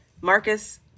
Marcus